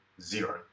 Zero